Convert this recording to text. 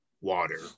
water